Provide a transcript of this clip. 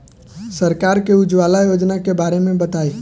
सरकार के उज्जवला योजना के बारे में बताईं?